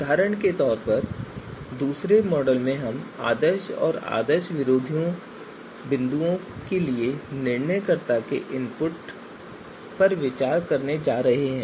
उदाहरण के लिए दूसरे मॉडल में हम आदर्श और विरोधी आदर्श बिंदुओं के लिए निर्णयकर्ता के इनपुट पर विचार करने जा रहे हैं